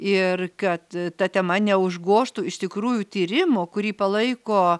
ir kad ta tema neužgožtų iš tikrųjų tyrimo kurį palaiko